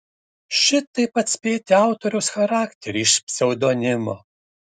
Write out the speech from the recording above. šitaip atspėti autoriaus charakterį iš pseudonimo